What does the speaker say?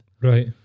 Right